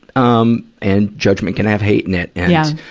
um, and judgment can have hate in it. and, yeah